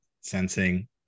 sensing